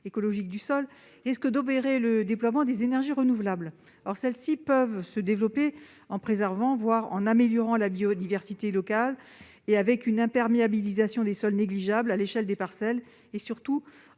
écologiques du sol, risque d'obérer le déploiement des énergies renouvelables. Or celles-ci peuvent se développer en préservant, voire en améliorant la biodiversité locale, l'imperméabilisation des sols étant négligeable à l'échelle des parcelles, et surtout en